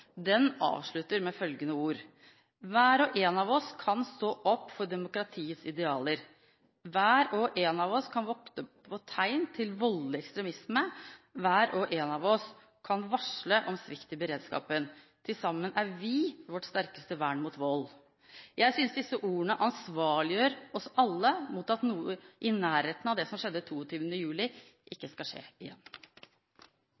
Den avslutter med følgende ord: «Hver og en av oss kan stå opp for demokratiets idealer. Hver og en kan vokte på tegn til voldelig ekstremisme. Hver og en av oss kan varsle om svikt i beredskapen. Til sammen er vi vårt sterkeste vern mot vold». Jeg synes disse ordene ansvarliggjør oss alle for at ikke noe i nærheten av det som skjedde 22. juli,